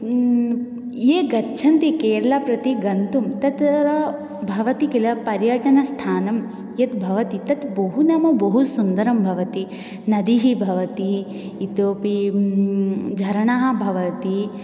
ये गच्छन्ति केरला प्रति गन्तुं तत्र भवति किल पर्यटनस्थानं यत् भवति तत् बहु नाम् बहु सुन्दरं भवति नदी भवति इतोपि झरनाः भवन्ति